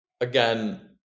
Again